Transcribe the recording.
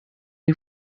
you